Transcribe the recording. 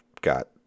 got